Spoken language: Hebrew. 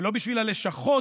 ולא בשביל הלשכות,